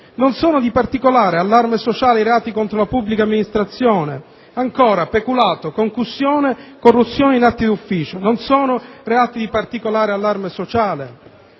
Non sono di particolare allarme sociale i reati contro la pubblica amministrazione? E ancora: peculato, concussione, corruzione in atti d'ufficio non sono reati di particolare allarme sociale?